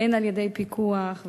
הן על-ידי פיקוח,